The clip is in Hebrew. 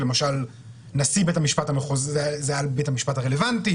נשיא בית המשפט הרלוונטי